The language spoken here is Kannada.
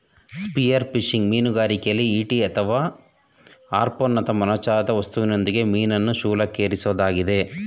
ಸ್ಪಿಯರ್ಫಿಶಿಂಗ್ ಮೀನುಗಾರಿಕೆಲಿ ಈಟಿ ಅಥವಾ ಹಾರ್ಪೂನ್ನಂತ ಮೊನಚಾದ ವಸ್ತುವಿನೊಂದಿಗೆ ಮೀನನ್ನು ಶೂಲಕ್ಕೇರಿಸೊದಾಗಿದೆ